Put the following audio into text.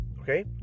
Okay